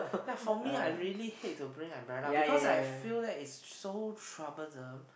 ya for me I really hate to bring umbrella because I feel that is so troublesome